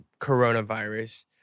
coronavirus